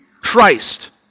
Christ